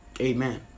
Amen